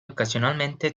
occasionalmente